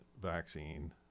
vaccine